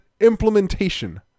implementation